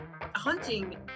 Hunting